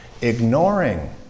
ignoring